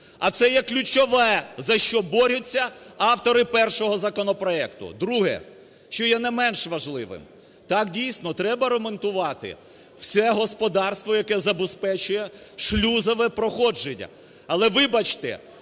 А це є ключове, за що борються автори першого законопроекту. Друге, що є не менш важливим. Так, дійсно, треба ремонтувати все господарство, яке забезпечує шлюзове проходження. Але, вибачте,